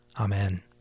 Amen